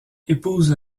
épouse